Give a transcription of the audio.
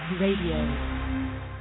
radio